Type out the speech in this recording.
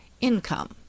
Income